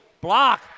block